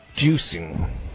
juicing